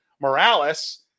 Morales